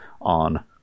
on